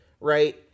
right